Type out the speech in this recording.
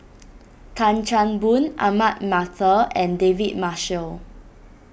Tan Chan Boon Ahmad Mattar and David Marshall